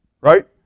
Right